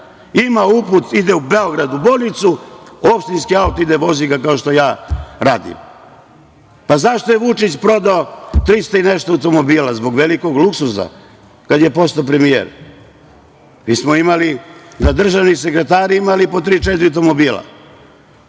ima uput, ide u Beograd u bolnicu, opštinski auto ga vozi, kao što ja radim. Zašto je Vučić prodao 300 i nešto automobila, zbog velikog luksuza, kada je postao premijer. Mi smo imali, državni sekretari, po tri-četiri automobila,